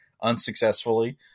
unsuccessfully